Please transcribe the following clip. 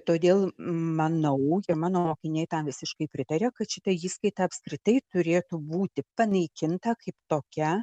todėl manau tie mano mokiniai tam visiškai pritaria kad šita įskaita apskritai turėtų būti panaikinta kaip tokia